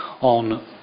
on